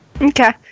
Okay